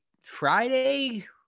Friday